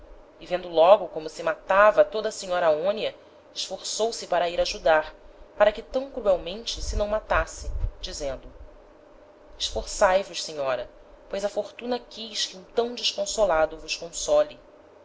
e vendo logo como se matava toda a senhora aonia esforçou se para a ir ajudar para que tam cruelmente se não matasse dizendo esforçae vos senhora pois a fortuna quis que um tam desconsolado vos console